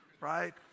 Right